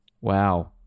Wow